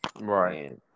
Right